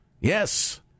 Yes